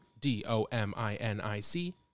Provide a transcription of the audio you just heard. D-O-M-I-N-I-C